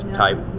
type